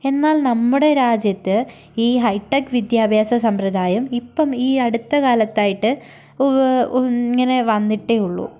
എന്നാൽ നമ്മുടെ രാജ്യത്ത് ഈ ഹൈടെക് വിദ്യാഭ്യാസ സമ്പ്രദായം ഇപ്പം ഈ അടുത്ത കാലത്തായിട്ട് ഇങ്ങനെ വന്നിട്ടേ ഉള്ളൂ